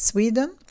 Sweden